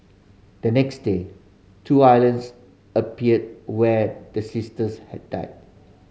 the next day two islands appeared where the sisters had died